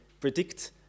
predict